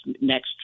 next